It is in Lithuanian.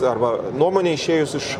arba nuomonė išėjus iš